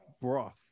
broth